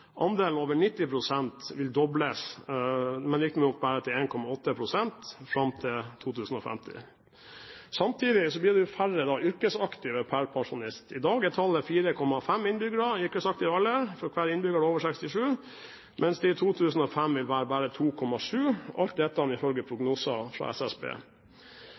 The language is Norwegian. Andelen over 90 år vil dobles, riktignok bare til 1,8 pst., fram til 2050. Samtidig blir det færre yrkesaktive per pensjonist. I dag er tallet 4,5 innbyggere i yrkesaktiv alder for hver innbygger over 67, mens det i 2050 bare vil være 2,7 – alt dette ifølge prognoser fra SSB.